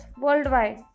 worldwide